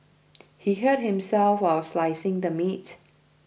he hurt himself while slicing the meat